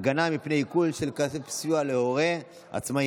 (הגנה מפני עיקול של סיוע להורה עצמאי).